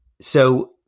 So-